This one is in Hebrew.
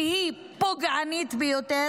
שהיא פוגענית ביותר?